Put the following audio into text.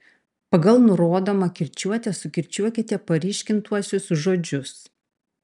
pagal nurodomą kirčiuotę sukirčiuokite paryškintuosius žodžius